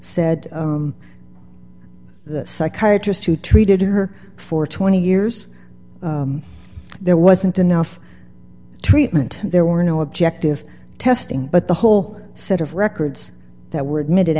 said the psychiatrist who treated her for twenty years there wasn't enough treatment there were no objective testing but the whole set of records that were admitted